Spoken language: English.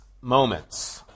Moments